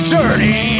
Journey